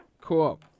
Cool